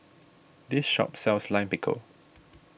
this shop sells Lime Pickle